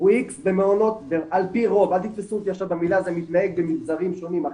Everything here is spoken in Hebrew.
הוא X ע"פ רוב זה מתנהג במגזרים שונים אחרת,